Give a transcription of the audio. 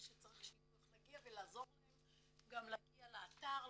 שידעו איך להגיע ולעזור להם גם להגיע לאתר,